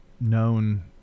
known